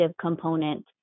component